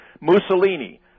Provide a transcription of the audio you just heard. Mussolini